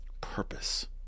Purpose